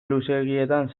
luzeegietan